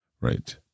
Right